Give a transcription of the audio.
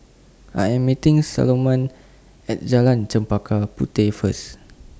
I Am meeting Salomon At Jalan Chempaka Puteh First